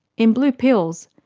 in blue pills,